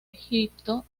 egipto